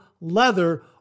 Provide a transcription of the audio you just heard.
leather